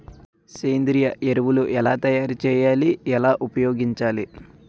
సేంద్రీయ ఎరువులు ఎలా తయారు చేయాలి? ఎలా ఉపయోగించాలీ?